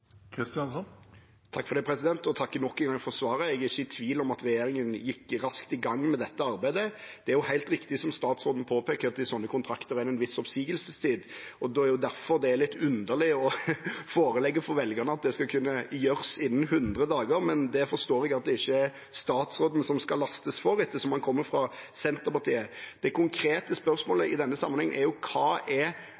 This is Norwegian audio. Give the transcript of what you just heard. takker nok en gang for svaret. Jeg er ikke i tvil om at regjeringen gikk raskt i gang med dette arbeidet. Det er helt riktig som statsråden påpeker, at i slike kontrakter er det en viss oppsigelsestid. Det er derfor det er litt underlig å forelegge for velgerne at dette skal kunne gjøres innen 100 dager, men det forstår jeg at det ikke er statsråden som skal lastes for, ettersom han kommer fra Senterpartiet. Det konkrete